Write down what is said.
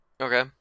Okay